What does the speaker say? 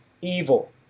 evil